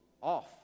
off